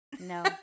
no